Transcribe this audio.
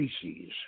species